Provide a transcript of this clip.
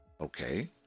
okay